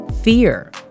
fear